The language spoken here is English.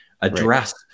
Address